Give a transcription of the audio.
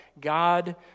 God